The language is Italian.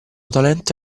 talento